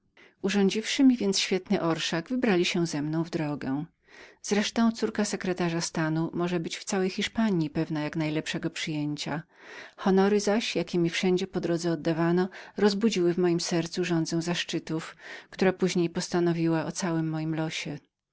dziedziczką urządziwszy mi więc świetny orszak wybrali się ze mną w drogę z resztą córka sekretarza stanu może być w całej hiszpanji pewną jak najlepszego przyjęcia honory zaś jakie mi wszędzie po drodze oddawano zrodziły w moim umyśle widoki dumy które później postanowiły o całym moim losie